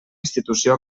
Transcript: institució